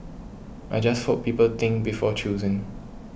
I just hope people think before choosing